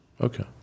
Okay